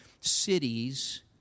cities